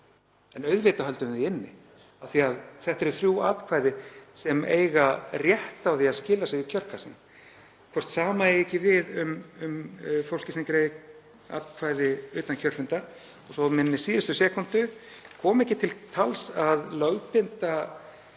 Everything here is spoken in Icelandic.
En auðvitað höldum við því inni af því að þetta eru þrjú atkvæði sem eiga rétt á því að skila sér í kjörkassa. Ég velti fyrir mér hvort sama eigi ekki við um fólkið sem greiðir atkvæði utan kjörfundar. Og svo á minni síðustu sekúndu, kom ekki til tals að lögbinda